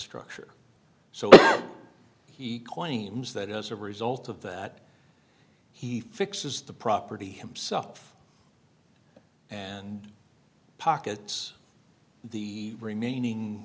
structure so he claims that as a result of that he fixes the property himself and pockets the remaining